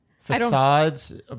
Facades